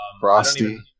frosty